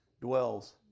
dwells